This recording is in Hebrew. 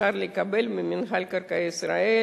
אפשר לקבל את הקרקע ממינהל מקרקעי ישראל